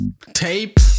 tape